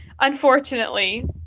Unfortunately